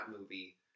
movie